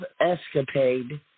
Escapade